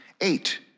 Eight